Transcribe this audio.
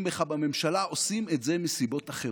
בך בממשלה עושים את זה מסיבות אחרות.